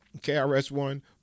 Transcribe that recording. KRS-One